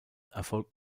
erfolgt